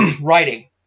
writing